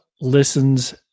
listens